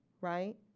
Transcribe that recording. right